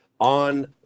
on